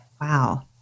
Wow